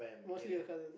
mostly your cousin